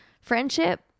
friendship